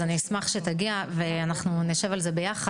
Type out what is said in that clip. אז אני אשמח שתגיע ואנחנו נשב על זה ביחד.